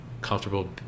comfortable